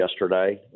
yesterday